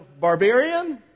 barbarian